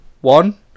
One